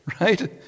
right